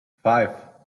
five